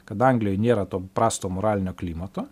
kad anglijoj nėra to prasto moralinio klimato